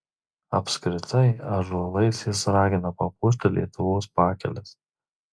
apskritai ąžuolais jis ragina papuošti lietuvos pakeles